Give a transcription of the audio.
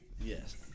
Yes